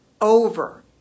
over